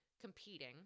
competing